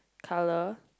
colour